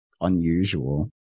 unusual